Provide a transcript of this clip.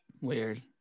weird